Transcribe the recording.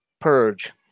Purge